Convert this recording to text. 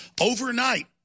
Overnight